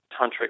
tantric